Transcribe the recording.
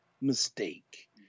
mistake